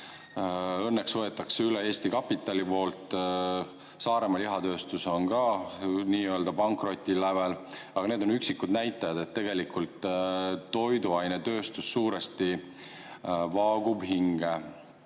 Õnneks võetakse see üle Eesti kapitali poolt. Saaremaa Lihatööstus on ka nii-öelda pankroti lävel. Aga need on üksikud näited. Tegelikult toiduainetööstus vaagub suuresti hinge.